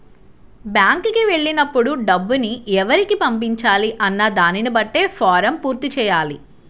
బ్యేంకుకి వెళ్ళినప్పుడు డబ్బుని ఎవరికి పంపించాలి అన్న దానిని బట్టే ఫారమ్ పూర్తి చెయ్యాలి